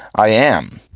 i am.